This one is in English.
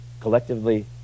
collectively